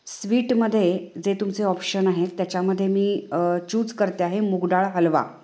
स्वीटमध्ये जे तुमचे ऑप्शन आहेत त्याच्यामध्ये मी चूज करते आहे मूगडाळ हलवा